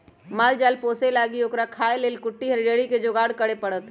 माल जाल पोशे लागी ओकरा खाय् लेल कुट्टी हरियरी कें जोगार करे परत